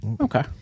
Okay